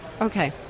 Okay